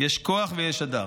יש כוח ויש הדר.